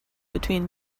between